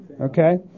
Okay